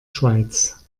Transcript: schweiz